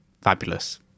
fabulous